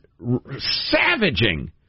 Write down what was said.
savaging